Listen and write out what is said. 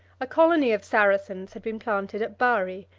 a colony of saracens had been planted at bari,